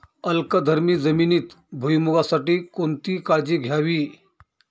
अल्कधर्मी जमिनीत भुईमूगासाठी कोणती काळजी घ्यावी?